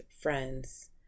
friends